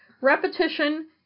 repetition